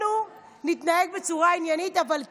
אנחנו נתנהג בצורה עניינית, אבל כן,